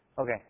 Okay